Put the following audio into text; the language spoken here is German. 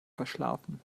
verschlafen